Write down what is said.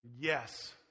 yes